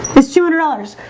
it's two hundred ollars.